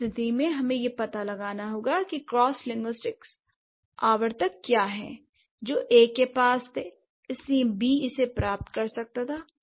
उस स्थिति में हमें यह पता लगाना होगा कि क्रॉसिंगुइस्टिक आवर्तक क्या हैं जो A के पास था इसलिए B इसे प्राप्त कर सकता था